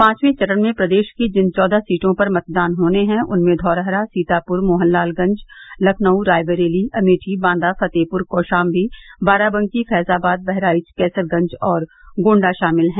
पांचवें चरण में प्रदेश की जिन चौदह सीटों पर मतदान होने हैं उनमें धौरहरा सीतापुर मोहनलालगंज लखनऊ रायबरेली अमेठी बांदा फतेहपुर कौशाम्बी बाराबंकी फैजाबाद बहराइच कैसरगंज और गोण्डा शामिल हैं